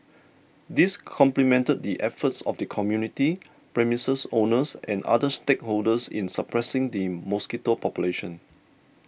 this complemented the efforts of the community premises owners and other stakeholders in suppressing the mosquito population